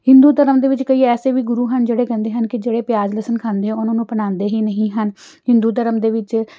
ਹਿੰਦੂ ਧਰਮ ਦੇ ਵਿੱਚ ਕਈ ਐਸੇ ਵੀ ਗੁਰੂ ਹਨ ਜਿਹੜੇ ਕਹਿੰਦੇ ਹਨ ਕਿ ਜਿਹੜੇ ਪਿਆਜ ਲਸਣ ਖਾਂਦੇ ਆ ਉਹਨਾਂ ਨੂੰ ਅਪਣਾਉਂਦੇ ਹੀ ਨਹੀਂ ਹਨ ਹਿੰਦੂ ਧਰਮ ਦੇ ਵਿੱਚ